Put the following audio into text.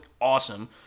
awesome